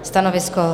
Stanovisko?